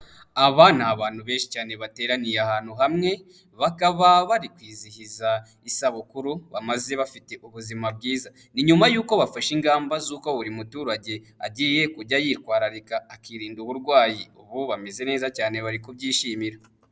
Aba ni abantu benshi cyane bateraniye ahantu hamwe, bakaba bari kwizihiza isabukuru bamaze bafite ubuzima bwiza, ni nyuma y'uko bafashe ingamba z'uko buri muturage agiye kujya yitwararika akirinda uburwayi, ubu bameze neza cyane bari kubyishimira.